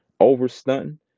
overstunting